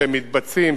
שהם מתבצעים,